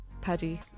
paddy